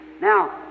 Now